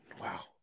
Wow